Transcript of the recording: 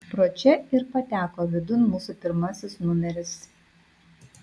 pro čia ir pateko vidun mūsų pirmasis numeris